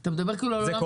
זה קורה הרבה?